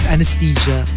Anesthesia